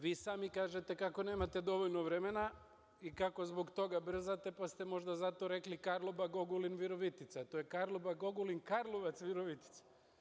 Vi sami kažete kako nemate dovoljno vremena i kako zbog toga brzate, pa ste možda zato rekli Karlobagog-Ogulin- Virovitica, a to je Karlobag-Ogulin-Karlovac-Virovitica.